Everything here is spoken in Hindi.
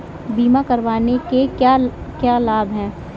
बीमा करवाने के क्या क्या लाभ हैं?